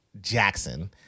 Jackson